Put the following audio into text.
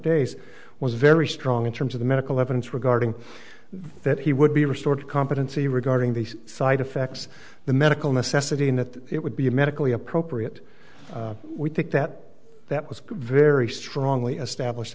days was very strong in terms of the medical evidence regarding that he would be restored competency regarding these side effects the medical necessity and that it would be medically appropriate we think that that was very strongly established